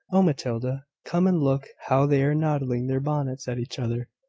oh, matilda, come and look how they are nodding their bonnets at each other!